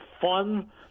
fun